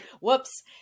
whoops